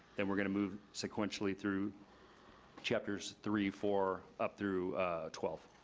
then we're gonna move sequentially through chapters three, four, up through twelve.